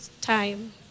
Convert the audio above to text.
time